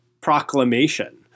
proclamation